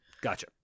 Gotcha